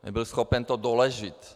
Nebyl schopen to doložit.